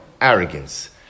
arrogance